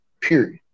period